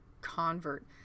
convert